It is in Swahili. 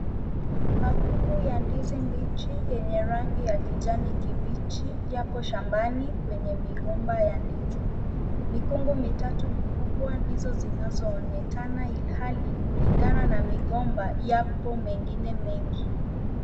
Makungu ya ndizi mbichi yenye rangi ya kijani kibichi yapo shambani kwenye migomba ya ndizi. Mikungu mitatu mikubwa ndizo zinazonekana ilhali kulingana na migomba yapo mengine mengi.